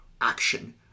action